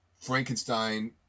Frankenstein